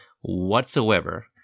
whatsoever